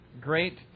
great